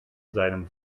seinem